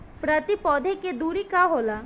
प्रति पौधे के दूरी का होला?